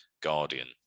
Guardian